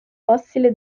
fossile